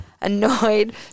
annoyed